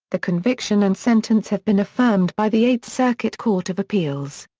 the conviction and sentence have been affirmed by the eighth circuit court of appeals.